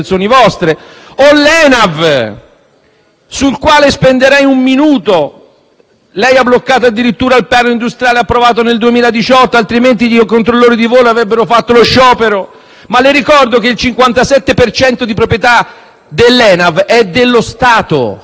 su cui spenderei un minuto. Lei, Ministro, ha bloccato addirittura il piano industriale approvato nel 2018, altrimenti i controllori di volo avrebbero scioperato. Ma le ricordo che il 57 per cento della proprietà dell'ENAV è dello Stato e lei lo deve gestire, Ministro.